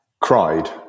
Cried